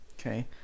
Okay